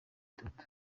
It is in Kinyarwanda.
itatu